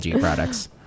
products